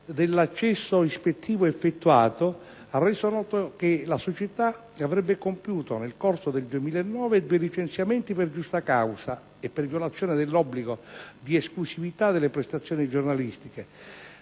dell'accesso ispettivo effettuato, ha reso noto che la società avrebbe compiuto, nel corso del 2009, due licenziamenti per giusta causa e per violazione dell'obbligo di esclusività delle prestazioni giornalistiche;